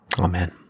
Amen